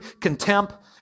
contempt